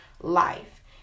life